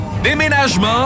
Déménagement